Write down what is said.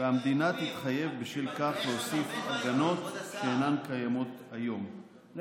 יש דברים טובים,